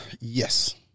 Yes